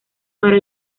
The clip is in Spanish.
para